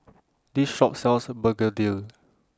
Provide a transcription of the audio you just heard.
This Shop sells Begedil